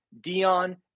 Dion